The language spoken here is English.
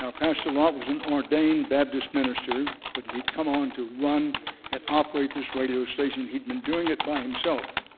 ah pastor lott was an ordained baptist minister, but he'd come on to run and operate this radio station, he'd been doing it by himself.